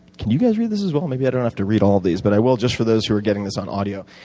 can you guys read this as well? maybe i don't have to read all these. but i will just for those who are getting this on audio.